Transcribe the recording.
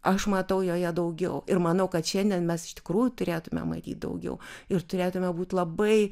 aš matau joje daugiau ir manau kad šiandien mes iš tikrųjų turėtume matyt daugiau ir turėtume būt labai